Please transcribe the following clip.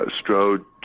strode